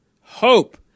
hope